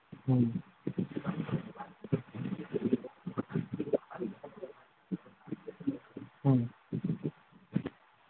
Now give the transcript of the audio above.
ꯎꯝ ꯎꯝ